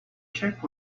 check